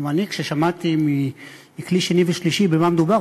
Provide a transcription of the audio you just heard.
גם אני כששמעתי מכלי שני ושלישי במה מדובר,